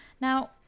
Now